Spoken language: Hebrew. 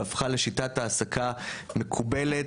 והפכה לשיטת העסקה מקובלת,